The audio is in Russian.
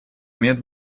имеет